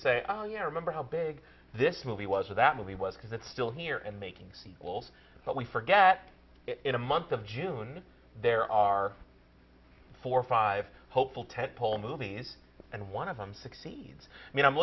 say oh yeah i remember how big this movie was or that movie was because it's still here and making sequels but we forget in a month of june there are four or five hopeful tent pole movies and one of them succeeds i